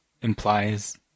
implies